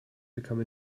become